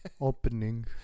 opening